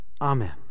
amen